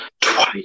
Twice